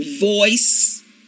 voice